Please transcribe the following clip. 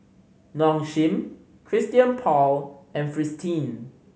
Nong Shim Christian Paul and Fristine